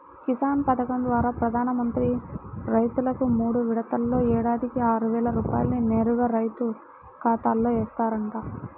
కిసాన్ పథకం ద్వారా ప్రధాన మంత్రి రైతుకు మూడు విడతల్లో ఏడాదికి ఆరువేల రూపాయల్ని నేరుగా రైతు ఖాతాలో ఏస్తారంట